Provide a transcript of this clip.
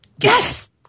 yes